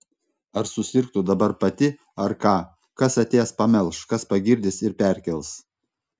ar susirgtų dabar pati ar ką kas atėjęs pamelš kas pagirdys ir perkels